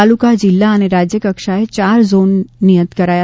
તાલુકા જિલ્લા અને રાજ્યકક્ષાએ ચાર ઝોન નિયત કરાયા